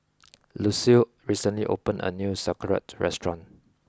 Lucile recently opened a new Sauerkraut restaurant